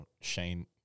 Shane